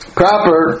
proper